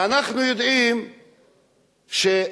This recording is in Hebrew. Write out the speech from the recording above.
ואנחנו יודעים שהנשק,